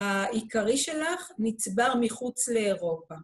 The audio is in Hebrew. העיקרי שלך נצבר מחוץ לאירופה.